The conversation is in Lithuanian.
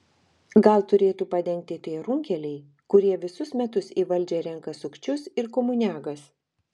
gal turėtų padengti tie runkeliai kurie visu metus į valdžią renka sukčius ir komuniagas